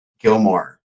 gilmore